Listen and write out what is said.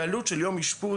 כשהעלות של יום אשפוז,